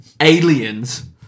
Aliens